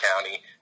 County